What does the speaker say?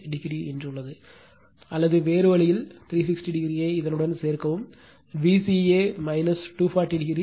8o உள்ளது அல்லது வேறு வழியில் 360o ஐ இதனுடன் சேர்க்கவும்Vca 240o